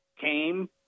came